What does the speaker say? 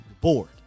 board